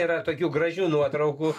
yra tokių gražių nuotraukų